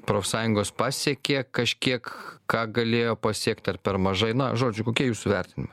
profsąjungos pasiekė kažkiek ką galėjo pasiekt ar per mažai na žodžiu kokie jūsų vertinimai